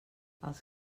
els